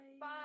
Bye